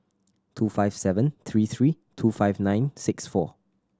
two five seven three three two five nine six four